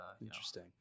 Interesting